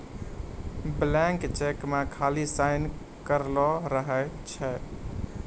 blank चेको मे खाली साइन करलो रहै छै